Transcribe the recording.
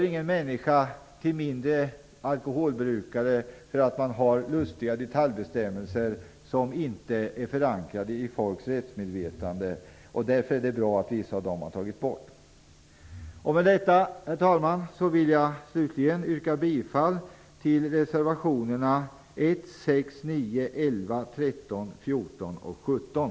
Ingen människa brukar mindre alkohol för att man har lustiga detaljbestämmelser som inte är förankrade i folks rättsmedvetande. Därför är det bra att vissa av dem har tagits bort. Herr talman! Med det anförda vill jag yrka bifall till reservationerna 1, 6, 9, 11, 13, 14 och 17.